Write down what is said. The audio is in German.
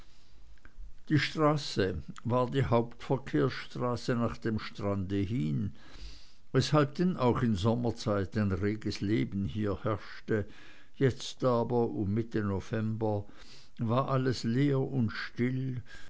die straße war die hauptverkehrsstraße nach dem strand hin weshalb denn auch in sommerzeit ein reges leben hier herrschte jetzt aber um mitte november war alles leer und still